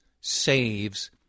saves